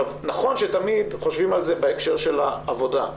נכון שתמיד חושבים על זה בהקשר של העבודה,